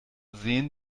sehen